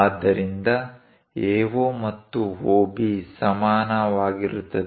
ಆದ್ದರಿಂದ AO ಮತ್ತು OB ಸಮಾನವಾಗಿರುತ್ತದೆ